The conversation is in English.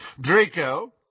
Draco